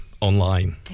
online